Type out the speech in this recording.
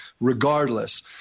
regardless